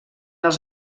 els